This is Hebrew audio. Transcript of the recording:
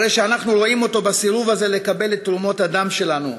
הרי אנחנו רואים אותו בסירוב לקבל את תרומות הדם שלנו.